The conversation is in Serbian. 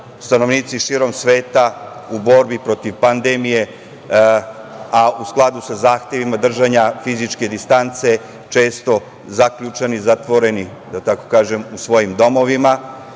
stanovnici širom sveta u borbi protiv pandemije, a u skladu sa zahtevima držanja fizičke distance, često zaključani, zatvoreni u svojim domovima